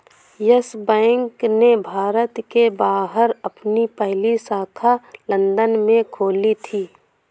yes Bank ने भारत के बाहर अपनी पहली शाखा लंदन में खोली थी